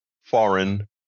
foreign